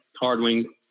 hard-wing